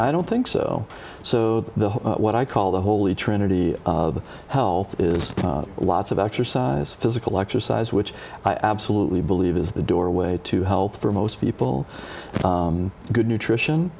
i don't think so so the what i call the holy trinity of health is lots of exercise physical exercise which i absolutely believe is the doorway to health for most people good nutrition